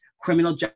criminal